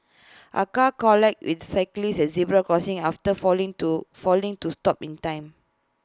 A car collided with cyclist at A zebra crossing after failing to failing to stop in time